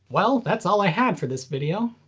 well. that's all i had for this video.